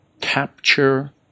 capture